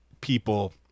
people